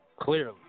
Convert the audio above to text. clearly